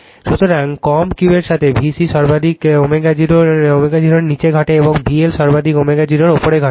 সুতরাং কম Q এর সাথে VC সর্বাধিক ω0 এর নীচে ঘটে এবং VL সর্বাধিক ω0 এর উপরে ঘটে